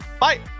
Bye